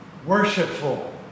Worshipful